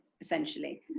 essentially